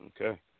Okay